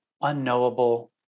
unknowable